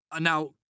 Now